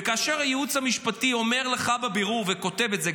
וכאשר הייעוץ המשפטי אומר לך בבירור וכותב את זה,